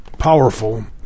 powerful